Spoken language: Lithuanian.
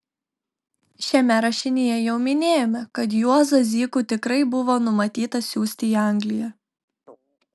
šiame rašinyje jau minėjome kad juozą zykų tikrai buvo numatyta siųsti į angliją